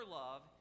love